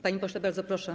Panie pośle, bardzo proszę.